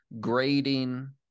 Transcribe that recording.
grading